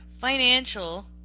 financial